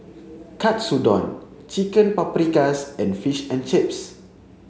Katsudon Chicken Paprikas and Fish and Chips